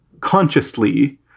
consciously